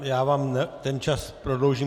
Já vám ten čas prodloužím.